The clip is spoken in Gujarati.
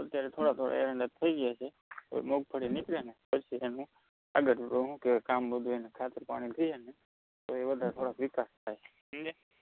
અત્યારે થોડા થોડા એરંડા થઈ ગયા છે પછી મગફળી નીકળે ને પછી એને આગળની શું કહેવાય કામ વધે ને ખાતર પાણી થઈ જાય ને તો એ વધારે થોડોક વિકાસ થાય સમજ્યા